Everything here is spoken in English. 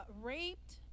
raped